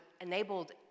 enabled